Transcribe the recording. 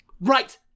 Right